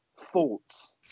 thoughts